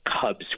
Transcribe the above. cubs